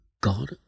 God